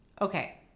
Okay